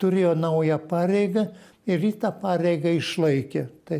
turėjo naują pareigą ir ji tą pareigą išlaikė tai